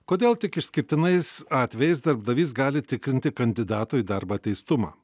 kodėl tik išskirtinais atvejais darbdavys gali tikrinti kandidatų į darbą teistumą